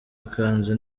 ikanzu